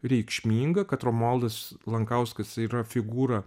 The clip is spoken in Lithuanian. reikšminga kad romualdas lankauskas yra figūra